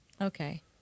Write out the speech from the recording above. okay